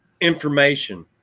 information